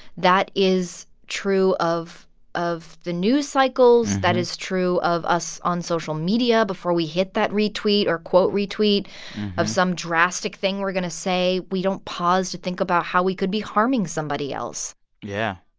that is true of of the news cycles. that is true of us on social media. before we hit that retweet or quote retweet of some drastic thing we're going to say, we don't pause to think about how we could be harming somebody else yeah.